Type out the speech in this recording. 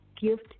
gift